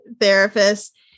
therapist